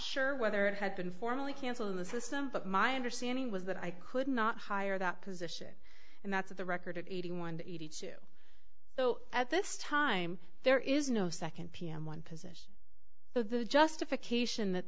sure whether it had been formally cancelled in the system but my understanding was that i could not hire that position and that's of the record of eighty one eighty two so at this time there is no second pm one position so the justification that